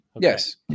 Yes